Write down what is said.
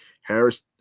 Harris